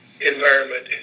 environment